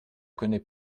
connaît